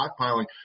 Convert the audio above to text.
stockpiling